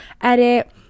edit